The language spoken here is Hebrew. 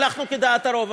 והלכנו כדעת הרוב,